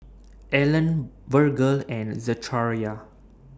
Allen Virgel and Zechariah